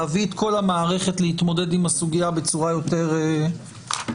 להביא את כל המערכת להתמודד על הסוגיה בצורה יותר מערכתית.